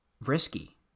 risky